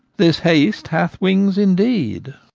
this haste hath wings indeed.